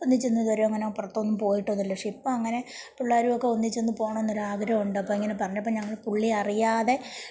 ഒന്നിച്ചൊന്നും ഇതുവരെ അങ്ങനെ പുറത്തൊന്നും പോയിട്ടൊന്നുവില്ല പക്ഷെ ഇപ്പം അങ്ങനെ പിള്ളേരും ഒക്കെ ഒന്നിച്ചൊന്ന് പോകണം എന്നൊരു ആഗ്രഹം ഉണ്ട് അപ്പം അങ്ങനെ പറഞ്ഞപ്പം ഞങ്ങള് പുള്ളിയറിയാതെ